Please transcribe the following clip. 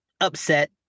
upset